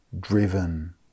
driven